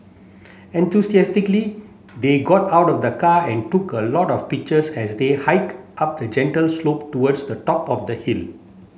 enthusiastically they got out of the car and took a lot of pictures as they hike up a gentle slope towards the top of the hill